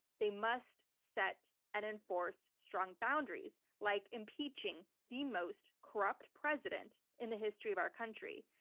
they must set and enforce strong boundaries, like impeaching the most corrupt president in the history of our country.